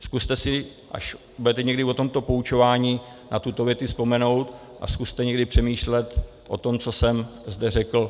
Zkuste si, až budete někdy o tomto poučováni, na tuto větu vzpomenout a zkuste někdy přemýšlet o tom, co jsem zde řekl.